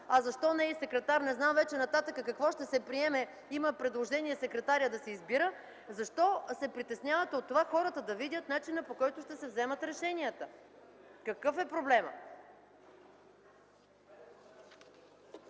а защо не и секретар? Не знам вече нататък какво ще се приеме. Има предложение секретарят да се избира. Защо се притеснявате от това хората да видят начина, по който ще се вземат решенията? Какъв е проблемът?